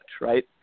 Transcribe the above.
right